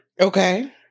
Okay